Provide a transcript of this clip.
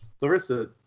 Larissa